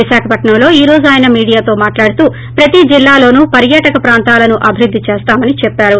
విశాఖపట్నంలో ఈ రోజు ఆయన మీడియాతో మాట్లాడుతూ ప్రతి జిల్లాలోనూ పర్శాటక ప్రాంతాలను అభివృద్ది చేస్తామని చెప్పారు